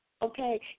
Okay